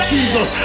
Jesus